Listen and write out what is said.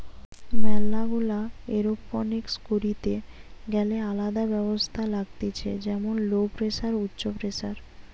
ম্যালা গুলা এরওপনিক্স করিতে গ্যালে আলদা ব্যবস্থা লাগতিছে যেমন লো প্রেসার, উচ্চ প্রেসার